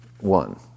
one